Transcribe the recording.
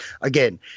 again